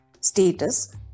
status